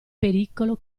pericolo